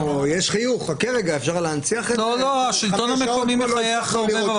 כל גורמי הקהילה צריכים להיות באותו